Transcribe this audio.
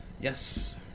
Yes